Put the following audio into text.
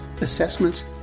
assessments